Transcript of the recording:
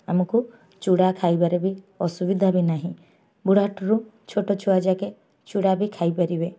ଆମକୁ ଚୁଡ଼ା ଖାଇବାରେ ବି ଅସୁବିଧା ବି ନାହିଁ ବୁଢ଼ା ଠାରୁ ଛୋଟ ଛୁଆଯାକେ ଚୁଡ଼ା ବି ଖାଇପାରିବେ